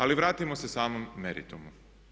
Ali vratimo se samom meritumu.